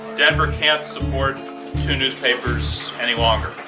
denver can't support two newspapers any longer,